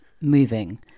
moving